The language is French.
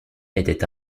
était